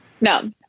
No